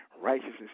Righteousness